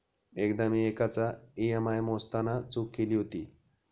एकदा मी एकाचा ई.एम.आय मोजताना चूक केली होती